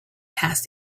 past